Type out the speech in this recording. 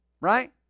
Right